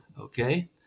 okay